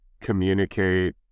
communicate